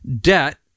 debt